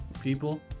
people